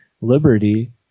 liberty